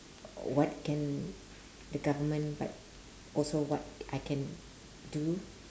what can the government but also what I can do